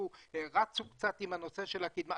רצו קצת עם הנושא של הקידמה.